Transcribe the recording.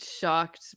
shocked